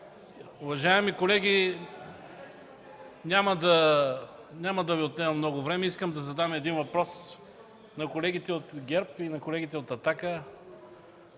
Уважаеми колеги, няма да Ви отнемам много време. Искам да задам един въпрос на колегите от ГЕРБ, на колегите от